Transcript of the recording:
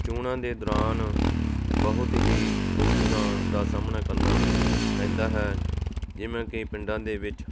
ਚੋਣਾਂ ਦੇ ਦੌਰਾਨ ਬਹੁਤ ਹੀ ਮੁਸ਼ਕਲਾਂ ਦਾ ਸਾਹਮਣਾ ਕਰਨਾ ਪੈਂਦਾ ਹੈ ਜਿਵੇਂ ਕਈ ਪਿੰਡਾਂ ਦੇ ਵਿੱਚ